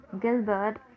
Gilbert